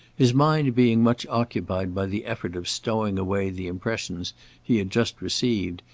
his mind being much occupied by the effort of stowing away the impressions he had just received,